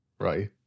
right